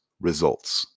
results